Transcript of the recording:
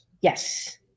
Yes